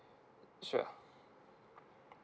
sure